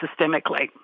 systemically